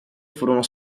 furono